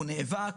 הוא נאבק,